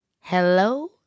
Hello